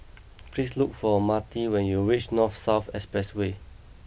please look for Marty when you reach North South Expressway